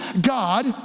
God